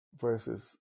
versus